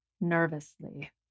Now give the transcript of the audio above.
Nervously